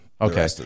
Okay